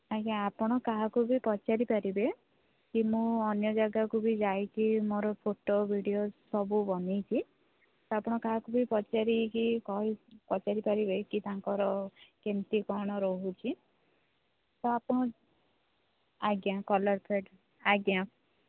ଆଜ୍ଞା ଆପଣ କାହାକୁବି ପଚାରି ପାରିବେ କି ମୁଁ ଅନ୍ୟ ଯାଗାକୁ ବି ଯାଇଛି ମୋର ଫୋଟୋ ଭିଡିଓ ସବୁ ବନେଇଛି ତ ଆପଣ କାହାକୁ ବି ପଚାରିକି କିହିକି ପଚାରି ପାରିବେ କି ତାଙ୍କର କେମିତି କ'ଣ ରହୁଛି ତ ଆପଣ ଆଜ୍ଞା କଲର୍ ଫେଡ୍ ଆଜ୍ଞା